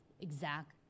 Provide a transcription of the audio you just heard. exact